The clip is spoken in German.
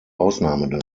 ausnahme